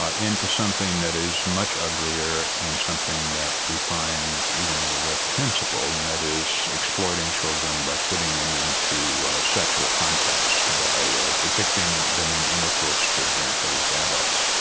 ah into something that is much uglier and something that we find even more reprehensible, and that is exploiting children by putting them into sexual context by ah depicting and them in and intercourse for example with adults.